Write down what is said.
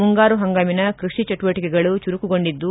ಮುಂಗಾರು ಹಂಗಾಮಿನ ಕೃಷಿ ಚಟುವಟಕೆಗಳು ಚುರುಕುಗೊಂಡಿದ್ದು